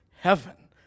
heaven